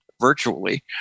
virtually